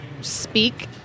speak